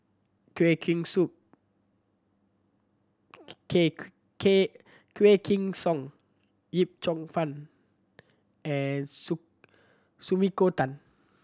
Quah Kim Quah Kim Song Yip Cheong Fun and Sumiko Tan